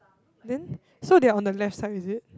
then so they are on the left side is it